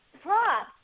Props